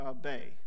Bay